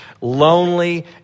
lonely